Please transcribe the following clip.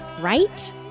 Right